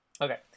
Okay